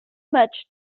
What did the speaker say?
much